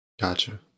Gotcha